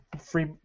free